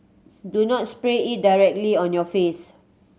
do not spray it directly on your face